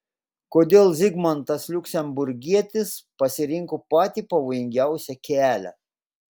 kodėl zigmantas liuksemburgietis pasirinko patį pavojingiausią kelią